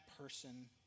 person